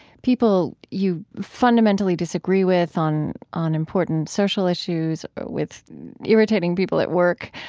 people you fundamentally disagree with on on important social issues, with irritating people at work?